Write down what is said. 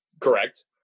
correct